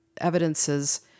evidences